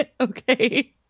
Okay